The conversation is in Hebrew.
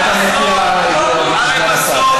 מה אתה מציע, סגן השר?